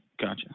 Gotcha